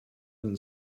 than